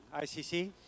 ICC